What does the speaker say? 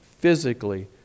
physically